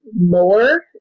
more